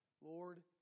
Lord